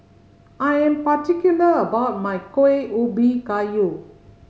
I am particular about my Kuih Ubi Kayu